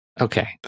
Okay